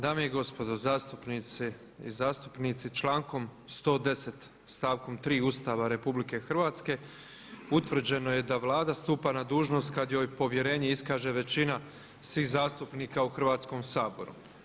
Dame i gospodo zastupnice i zastupnici člankom 110. stavkom 3. Ustava RH utvrđeno je da Vlada stupa na dužnost kad joj povjerenje iskaže većina svih zastupnika u Hrvatskom saboru.